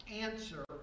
answer